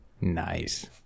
Nice